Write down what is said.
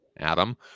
Adam